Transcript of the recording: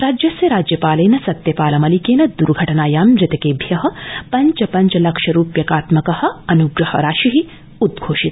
राज्यस्य राज्यपालेन सत्यपाल मलिकेन दुर्घटनायां मृतकेभ्य पञ्च पञ्च लक्ष रूप्यकात्मक अन्ग्रह राशि उद्घोषित